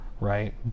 right